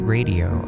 Radio